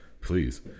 please